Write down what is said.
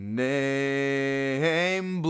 name